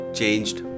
changed